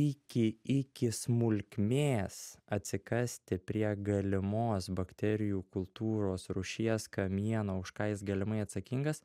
iki iki smulkmės atsikasti prie galimos bakterijų kultūros rūšies kamieno už ką jis galimai atsakingas